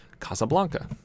Casablanca